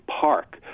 park